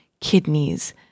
kidneys